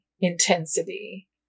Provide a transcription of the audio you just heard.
intensity